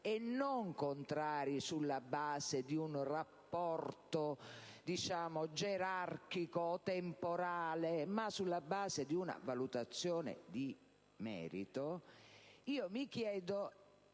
sono contrari sulla base di un rapporto gerarchico o temporale, ma sulla base di una valutazione di merito: mi chiedo